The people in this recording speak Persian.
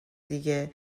دیگه